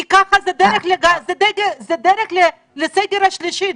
כי זו דרך לסגר שלישי.